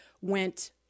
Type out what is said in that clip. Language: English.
went